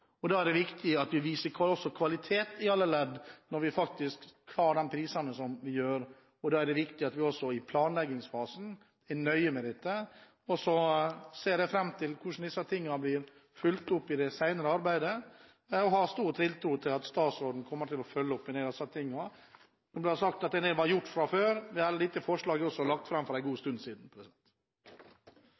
er viktig at vi viser kvalitet i alle ledd når vi tar de prisene vi gjør. Det er viktig at vi også i planleggingsfasen er nøye med dette. Jeg ser fram til å se hvordan disse tingene vil bli fulgt opp i det videre arbeidet. Jeg har stor tiltro til at statsråden kommer til å følge opp en del av disse tingene. Det ble sagt at en del var gjort fra før. Forslagene er også lagt fram for en god stund siden.